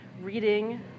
reading